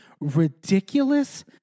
ridiculous